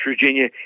Virginia